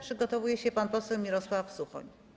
Przygotowuje się pan poseł Mirosław Suchoń.